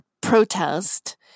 protest